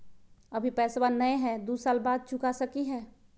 अभि पैसबा नय हय, दू साल बाद चुका सकी हय?